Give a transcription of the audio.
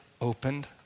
opened